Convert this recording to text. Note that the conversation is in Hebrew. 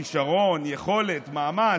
כישרון, יכולת, מאמץ.